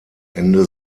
ende